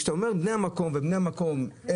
כשאתה אומר 'בני המקום' ובני המקום הם,